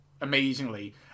amazingly